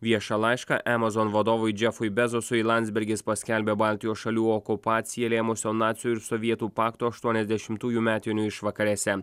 viešą laišką amazon vadovui džefui bezosui landsbergis paskelbė baltijos šalių okupaciją lėmusio nacių ir sovietų pakto aštuoniasdešimtųjų metinių išvakarėse